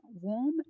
warm